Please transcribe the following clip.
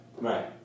Right